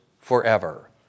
forever